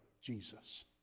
Jesus